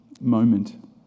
moment